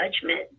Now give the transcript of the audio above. judgment